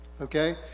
Okay